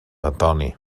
antoni